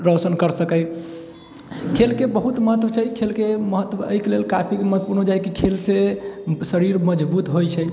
रौशन करि सकए खेलके बहुत महत्व छै खेलके महत्व एहिके लेल काफी महत्वपूर्ण हो जाइत छै कि खेल से शरीर मजबूत होइत छै